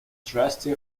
trustee